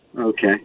Okay